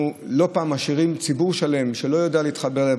אנחנו לא פעם משאירים ציבור שלם שלא יודע להתחבר.